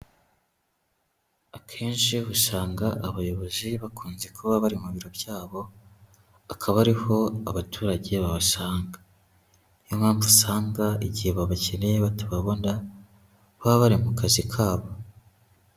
Akenshi usanga abayobozi, bakunze kuba bari mu biro byabo, akaba ari ho abaturage babasanga. Niyo mpamvu usanga igihe babakeneye batababona, baba bari mu kazi kabo.